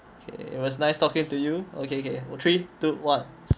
it was nice talking to you okay okay three two one